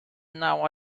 now